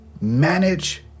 Manage